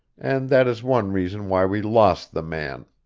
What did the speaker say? and that is one reason why we lost the man.